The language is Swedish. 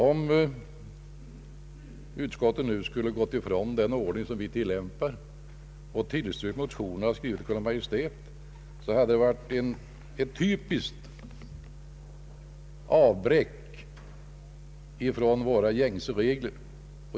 Om utskottet skulle ha avvikit från den ordning som vi tillämpar och tillstyrkt motionerna, i vilka begärs en skrivelse till Kungl. Maj:t, hade detta varit ett typiskt avsteg från gängse regler.